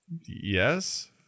Yes